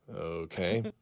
Okay